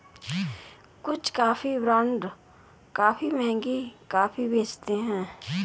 कुछ coffee brand काफी महंगी कॉफी बेचते हैं